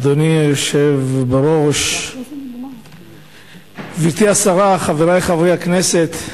אדוני היושב בראש, גברתי השרה, חברי חברי הכנסת,